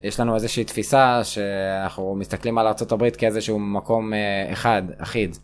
יש לנו איזושהי תפיסה שאנחנו מסתכלים על ארה״ב כאיזשהו מקום אחד, אחיד.